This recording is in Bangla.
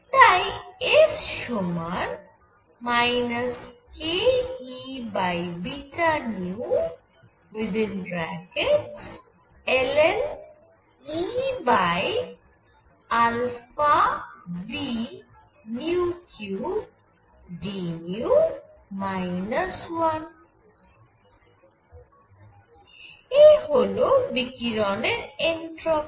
তাই S সমান kEβνln⁡EαV3dν 1 হল বিকিরণের এনট্রপি